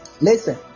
listen